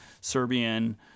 Serbian